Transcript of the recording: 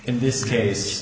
in this case